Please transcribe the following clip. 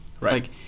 right